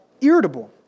irritable